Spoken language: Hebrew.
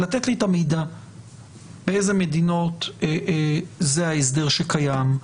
לתת לי את המידע באיזה מדינות זה ההסדר שקיים,